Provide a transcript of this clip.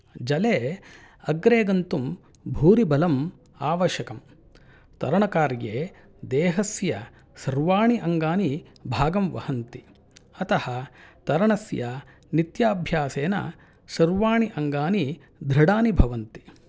जले अग्रे गन्तुं भूरिबलम् आवश्यकं तरणकार्ये देहस्य सर्वाणि अङ्गानि भागं वहन्ति अतः तरणस्य नित्याभ्यासेन सर्वाणि अङ्गानि दृढानि भवन्ति